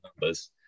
numbers